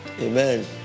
Amen